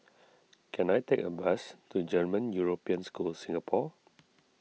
can I take a bus to German European School Singapore